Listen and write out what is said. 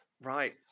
right